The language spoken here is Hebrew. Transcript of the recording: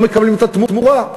לא מקבלים את התמורה.